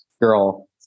girl